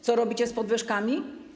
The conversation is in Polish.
Co robicie z podwyżkami?